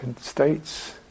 states